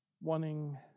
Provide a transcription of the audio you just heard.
wanting